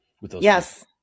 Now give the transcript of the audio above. Yes